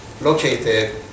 located